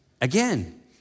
Again